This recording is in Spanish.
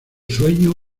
sueño